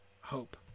hope